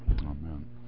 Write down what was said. Amen